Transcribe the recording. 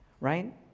right